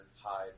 hide